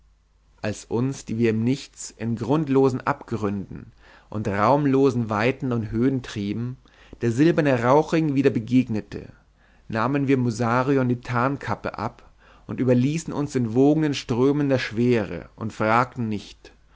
als uns die wir im nichts in grundlosen abgründen und raumlosen weiten und höhen trieben der silberne rauchring wieder begegnete nahmen wir musarion die tarnkappe ab und überließen uns den wogenden strömen der schwere und fragten nicht